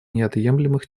неотъемлемых